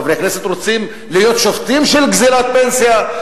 חברי כנסת רוצים להיות שופטים של גזלת פנסיה,